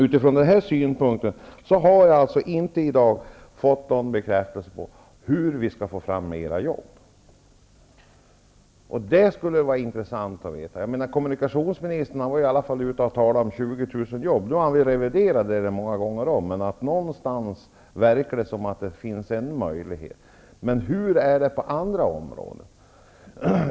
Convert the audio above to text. Utifrån den här synpunkten har jag inte i dag fått veta hur vi skall få fram mera jobb, och det skulle vara intressant att veta. Kommunikationsministern talar i alla fall om 20 000 jobb -- även om han har reviderat det många gånger om -- så någonstans verkar det finnas möjligheter. Men hur är det på andra områden?